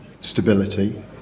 stability